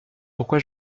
pourquoi